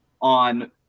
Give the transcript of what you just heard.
on –